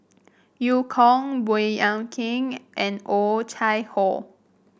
Eu Kong Baey Yam Keng and Oh Chai Hoo